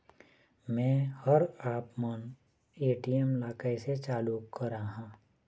मैं हर आपमन ए.टी.एम ला कैसे चालू कराहां?